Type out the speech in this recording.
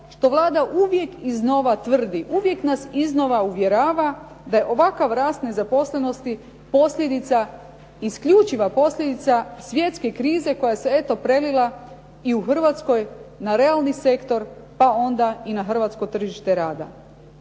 što Vlada uvijek iznova tvrdi uvijek nas iznova uvjerava da je ovakav rasta nezaposlenosti isključiva posljedica svjetske krize koja se eto prelila i u Hrvatskoj na realni sektor, pa onda i na hrvatsko tržište rada.